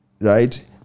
right